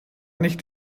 nicht